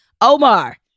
Omar